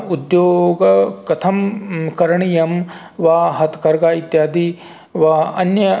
उद्योगः कथं करणीयं वा हत्खर्गा इत्यादि वा अन्य